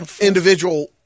individual